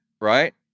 Right